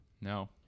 No